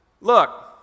Look